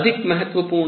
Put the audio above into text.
अधिक महत्वपूर्ण है